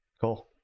Cool